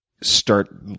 start